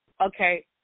okay